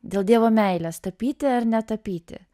dėl dievo meilės tapyti ar netapyti